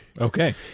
Okay